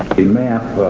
a map